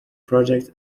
projects